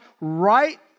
right